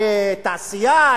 לתעשייה,